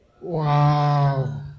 wow